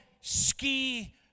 ski